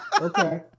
okay